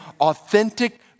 authentic